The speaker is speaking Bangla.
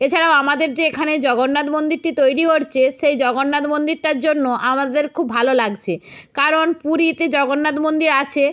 এছাড়াও আমাদের যে এখানে যে জগন্নাথ মন্দিরটি তৈরি করছে সেই মন্দিরটার জন্য আমাদের খুব ভালো লাগছে কারণ পুরীতে জগন্নাথ মন্দির আছে